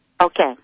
Okay